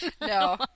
No